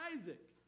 Isaac